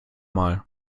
mal